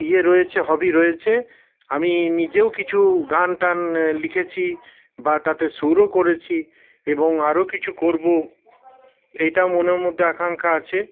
ইয়ে রয়েছে হবি রয়েছে আমি নিজেও কিছু গানটান লিখেছি বা তাতে সুরও করেছি এবং আরো কিছু করবো এটা মনের মধ্যে আকাঙ্ক্ষা আছে